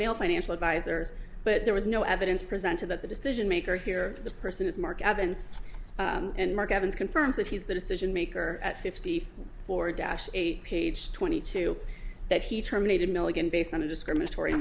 male financial advisors but there was no evidence presented that the decision maker here the person is mark evans and mark evans confirms that he's the decision maker at fifty four dash eight page twenty two that he terminated milligan based on a discriminatory